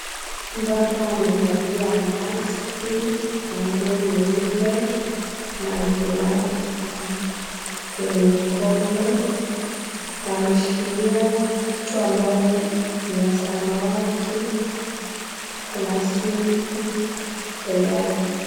Mbaba amevalia maski na nguo nyeupe na glavu kwenye mikono na ameshikilia kitu ambayo niya samawati na kuna sinki mbele yake.